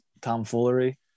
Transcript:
tomfoolery